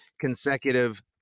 consecutive